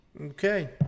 Okay